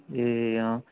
ए